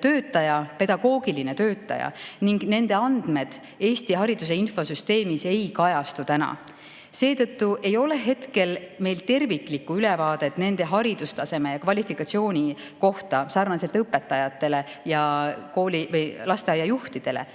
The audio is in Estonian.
töötaja pedagoogiline töötaja ning nende andmed Eesti hariduse infosüsteemis praegu ei kajastu. Seetõttu ei ole meil terviklikku ülevaadet nende haridustaseme ja kvalifikatsiooni kohta, nagu õpetajate ja lasteaiajuhtide